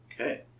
Okay